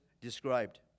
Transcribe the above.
described